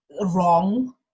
wrong